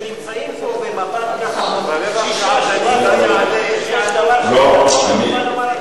אבל כשנמצאים פה שישה שרים אתה לא יכול לומר,